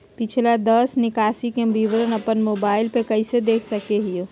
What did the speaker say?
पिछला दस निकासी के विवरण अपन मोबाईल पे कैसे देख सके हियई?